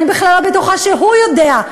אני בכלל לא בטוחה שהוא יודע.